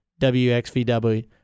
WXVW